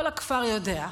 כל הכפר יודע,